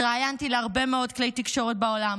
התראיינתי להרבה מאוד כלי תקשורת בעולם,